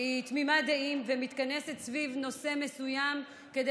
תמימת דעים ומתכנסת סביב נושא מסוים כדי